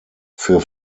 für